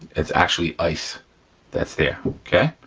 it's actually ice that's there okay?